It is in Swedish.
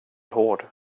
hård